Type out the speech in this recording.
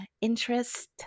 interest